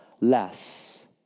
less